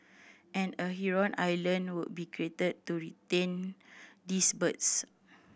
and a heron island will be created to retain these birds